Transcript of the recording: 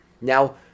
Now